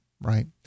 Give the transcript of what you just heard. right